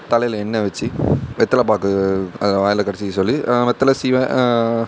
தலையில் எண்ணெய் வச்சு வெத்தலை பாக்கு அது வாயில் கடிச்சுக்க சொல்லி வெத்தலை சீவல்